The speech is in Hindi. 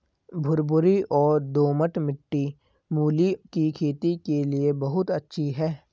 भुरभुरी और दोमट मिट्टी मूली की खेती के लिए बहुत अच्छी है